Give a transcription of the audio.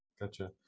gotcha